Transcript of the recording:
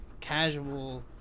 casual